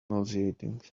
nauseating